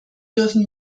dürfen